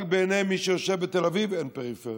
רק בעיני מי שיושב בתל אביב אין פריפריה.